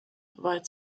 weit